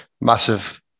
massive